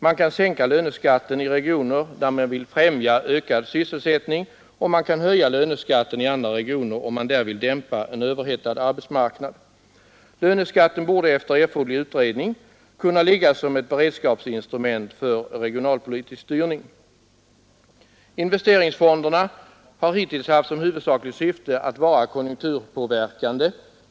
Man kan sänka löneskatten i regioner där man vill främja ökad —— sysselsättning, och man kan höja löneskatten i andra regioner om man där Användning av skattesystemet som vill dämpa en överhettad arbetsmarknad. Löneskatten borde efter erforderlig utredning kunna ligga som ett beredskapsinstrument för regionalpolitiskt Investeringsfonderna har hittills haft som huvudsakligt syfte att vara konjunkturpåverkande.